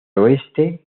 oeste